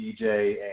DJ